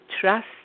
trust